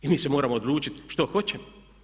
I mi se moramo odlučiti što hoćemo.